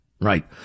Right